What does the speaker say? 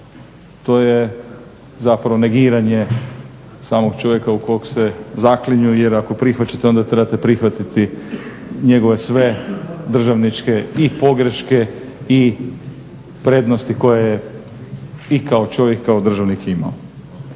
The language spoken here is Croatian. To je zapravo negiranje samog čovjeka u kog se zaklinju jer ako prihvaćate onda trebate prihvatiti njegove sve državničke i pogreške i prednosti koje je i kao čovjek i kao državnik imao.